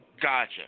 Gotcha